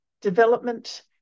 development